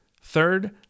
Third